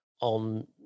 on